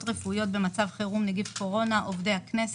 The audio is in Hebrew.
רפואיות במצב חירום נגיףהקורונה)(עובדי הכנסת),